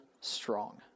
strong